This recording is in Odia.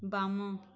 ବାମ